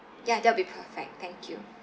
ya that will be perfect thank you